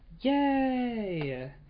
Yay